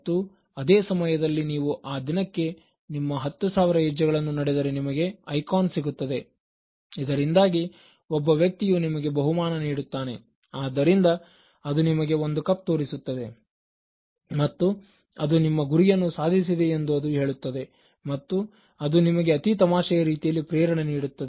ಮತ್ತು ಅದೇ ಸಮಯದಲ್ಲಿ ನೀವು ಆ ದಿನಕ್ಕೆ ನಿಮ್ಮ 10000 ಹೆಜ್ಜೆಗಳನ್ನು ನಡೆದರೆ ನಿಮಗೆ ಐಕಾನ್ ಸಿಗುತ್ತದೆ ಇದರಿಂದಾಗಿ ಒಬ್ಬ ವ್ಯಕ್ತಿಯು ನಿಮಗೆ ಬಹುಮಾನ ನೀಡುತ್ತಾನೆ ಆದ್ದರಿಂದ ಅದು ನಿಮಗೆ ಒಂದು ಕಪ್ ತೋರಿಸುತ್ತದೆ ಮತ್ತು ಅದು ನಿಮ್ಮ ಗುರಿಯನ್ನು ಸಾಧಿಸಿದೆ ಎಂದು ಅದು ಹೇಳುತ್ತದೆ ಮತ್ತೆ ಅದು ನಿಮಗೆ ಅತಿ ತಮಾಷೆಯ ರೀತಿಯಲ್ಲಿ ಪ್ರೇರಣೆ ನೀಡುತ್ತದೆ